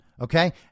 okay